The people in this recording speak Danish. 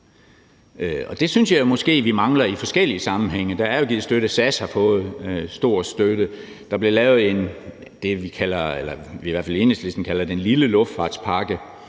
Det synes jeg måske vi mangler i forskellige sammenhænge. Der er jo givet støtte: SAS har fået stor støtte. Der blev lavet det, vi i hvert fald